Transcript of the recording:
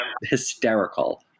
hysterical